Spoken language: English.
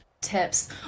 tips